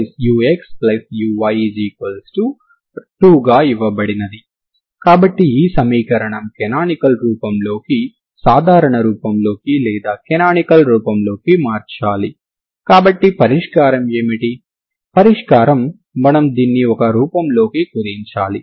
కాబట్టి మనం వాస్తవానికి బేసి ఫంక్షన్లు గా ఉన్న అన్ని ఫంక్షన్లను ∞∞ కి పొడిగించాము తర్వాత మనం డి' ఆలెంబెర్ట్ పరిష్కారాన్ని ఉపయోగించాము అందువల్ల సరిహద్దు షరతు దానంతట అదే సంతృప్తి చెందుతుంది తర్వాత సరైన పరిష్కారం ఏమిటో మనం కనుగొన్నాము